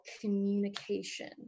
communication